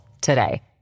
today